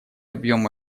объем